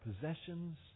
possessions